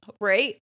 Right